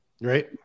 Right